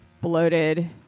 bloated